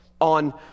on